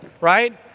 right